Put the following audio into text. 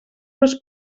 les